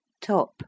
top